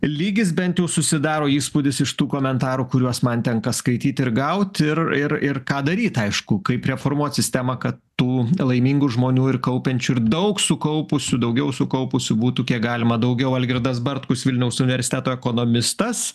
lygis bent jau susidaro įspūdis iš tų komentarų kuriuos man tenka skaityt ir gaut ir ir ir ką daryt aišku kaip reformuot sistemą kad tų laimingų žmonių ir kaupiančių ir daug sukaupusių daugiau sukaupusių būtų kiek galima daugiau algirdas bartkus vilniaus universiteto ekonomistas